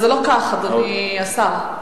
אבל זה לא כך, אדוני השר.